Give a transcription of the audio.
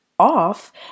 Off